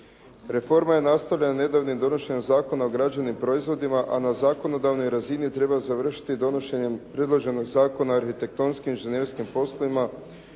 Reforma je nastavljena nedavnim donošenjem zakona o građevnim proizvodima a na zakonodavnoj razini je trebao završiti donošenjem predloženog Zakona o arhitektonskim i inženjerskim poslovima,